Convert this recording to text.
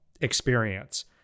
experience